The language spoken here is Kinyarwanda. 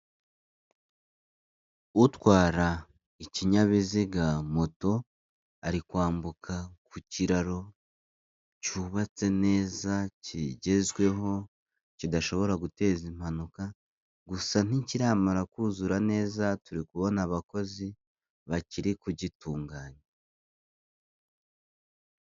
Utwara ikinyabiziga moto ari kwambuka ku kiraro cyubatse neza, kigezweho, kidashobora guteza impanuka. Gusa ntikiramara kuzura neza turi kubona abakozi bakiri kugitunganya.